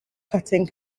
cutting